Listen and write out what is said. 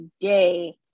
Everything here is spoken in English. today